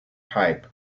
pipe